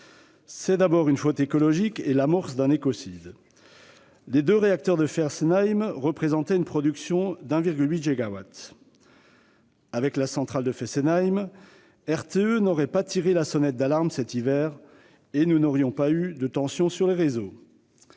tout d'abord une faute écologique et l'amorce d'un écocide. Les deux réacteurs de Fessenheim représentaient une production de 1,8 gigawatt. Avec la centrale de Fessenheim, RTE n'aurait pas été obligé de tirer la sonnette d'alarme cet hiver : nous n'aurions pas eu de tensions sur les réseaux.